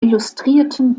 illustrierten